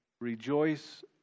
rejoice